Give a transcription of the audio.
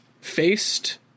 faced